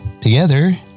together